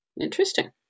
Interesting